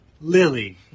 Lily